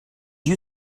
you